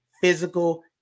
physical